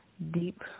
Deep